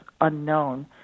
unknown